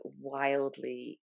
wildly